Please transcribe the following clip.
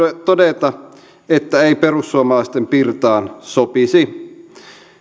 todeta että ei perussuomalaisten pirtaan sopisi